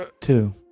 Two